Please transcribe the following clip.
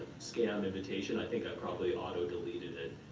scam invitation. i think i probably auto-deleted it.